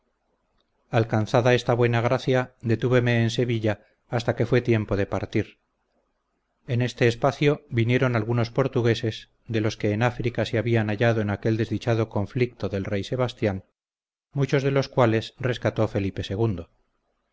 alcanzada esta buena gracia detúveme en sevilla hasta que fue tiempo de partir en este espacio vinieron algunos portugueses de los que en áfrica se habían hallado en aquel desdichado conflicto del rey sebastián muchos de los cuales rescató felipe